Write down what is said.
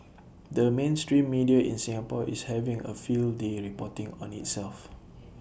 the mainstream media in Singapore is having A field day reporting on itself